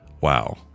Wow